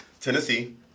Tennessee